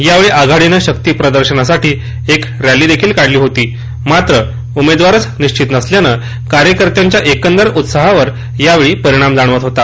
यावेळी आघाडीने शक्तीप्रदर्शनासाठी एक रॅलीदेखील काढली मात्र उमेदवारच निश्वित नसल्याने कार्यकर्त्यांच्या एकंदर उत्सहावर परिणाम जाणवत होता